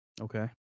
Okay